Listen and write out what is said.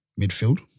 midfield